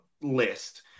list –